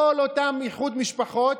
כל אותן משפחות,